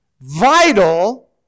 vital